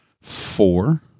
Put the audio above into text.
four